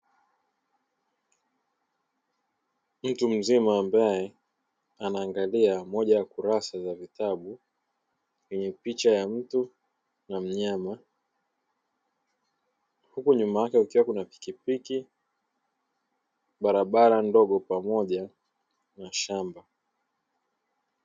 Mtu mzima ambae anaangalia moja ya kurasa za vitabu yenye picha ya mtu na mnyama huku nyuma yake kukiwa na pikipiki, barabara ndogo pamoja na shamba.